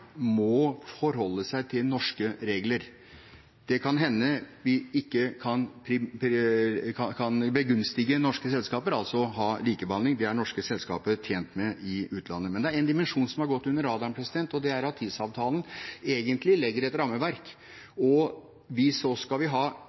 må forholde seg til norske regler. Det kan hende vi ikke kan begunstige norske selskaper, altså ha likebehandling – det er norske selskaper tjent med i utlandet. Men det er en dimensjon som har gått under radaren, og det er at TISA-avtalen egentlig legger et rammeverk, og så skal vi ha